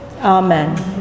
Amen